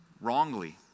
wrongly